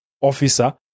officer